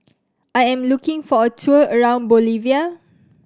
I am looking for a tour around Bolivia